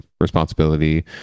responsibility